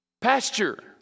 Pasture